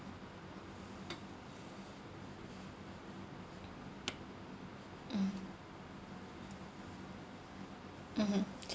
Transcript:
mm mmhmm